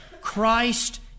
Christ